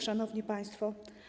Szanowni Państwo!